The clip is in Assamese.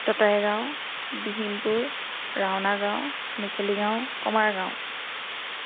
ততয়া গাঁও বিহীমপুৰ ৰাওনা গাঁও মেখেলি গাঁও কমাৰগাঁও